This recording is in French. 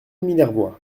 minervois